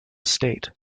estate